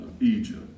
Egypt